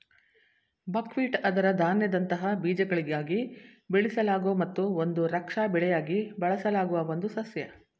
buckwheat ಅದರ ಧಾನ್ಯದಂತಹ ಬೀಜಗಳಿಗಾಗಿ ಬೆಳೆಸಲಾಗೊ ಮತ್ತು ಒಂದು ರಕ್ಷಾ ಬೆಳೆಯಾಗಿ ಬಳಸಲಾಗುವ ಒಂದು ಸಸ್ಯ